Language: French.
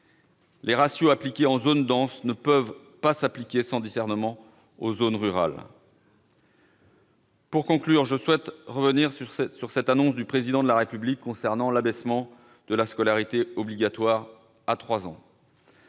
Les ratios appliqués en zone dense ne peuvent s'appliquer sans discernement aux zones rurales. Pour conclure, je souhaite revenir sur cette annonce du Président de la République relative à l'abaissement de la scolarité obligatoire à trois ans.